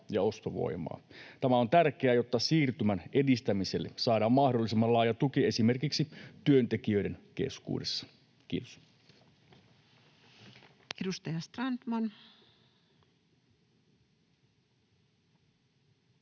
Tämä on tärkeää, jotta siirtymän edistämiselle saadaan mahdollisimman laaja tuki esimerkiksi työntekijöiden keskuudessa. — Kiitos.